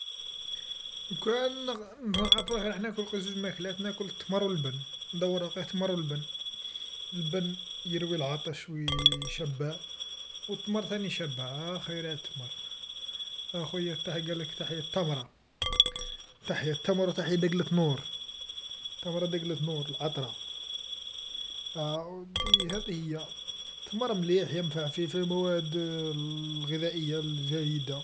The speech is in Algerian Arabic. لوكان ن- نعرف روحي راح ناكل غير جوج ماكلات ناكل التمر واللبن، ندورها غي تمر ولبن، اللبن يروي العطش ويشبع والتمر ثاني شابة خيرات تمر، اخويا قال لك ت- تحيا تمرة تحيا تمرة وتحية وتحيا دقلة نور، تمرة دقلة نور العطرة، يا ولدي هذي هيا تمر مليح ينفع في مواد الغذائية الجيدة.